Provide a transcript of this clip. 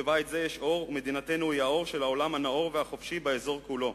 בבית זה יש אור ומדינתנו היא האור של העולם הנאור והחופשי באזור כולו.